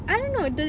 I don't know the